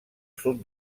sud